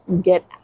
get